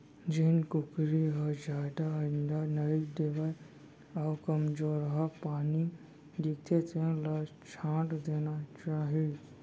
जेन कुकरी ह जादा अंडा नइ देवय अउ कमजोरहा बानी दिखथे तेन ल छांट देना चाही